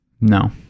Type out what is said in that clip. No